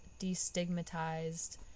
destigmatized